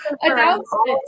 announcement